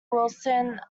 wilson